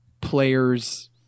players